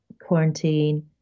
quarantine